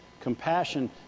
Compassion